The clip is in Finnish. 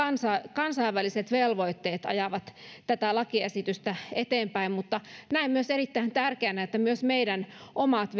kansainväliset velvoitteet ajavat tätä lakiesitystä eteenpäin mutta näen myös erittäin tärkeänä että myös meidän omat